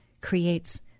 creates